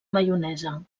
maionesa